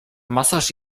masaż